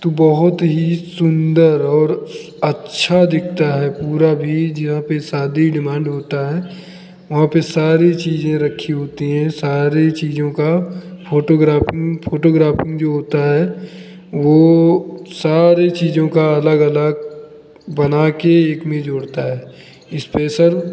तो बहुत ही सुन्दर और अच्छा दिखता है पूरा भी जो यहाँ पर शादी डिमान्ड होता है वहाँ पर सारी चीज़ें रखी होती हैं सारी चीज़ों का फ़ोटोग्राफ़ी में फ़ोटोग्राफी में जो होता है वह सारी चीज़ों का अलग अलग बनाकर एक में जोड़ता है इस्पेसल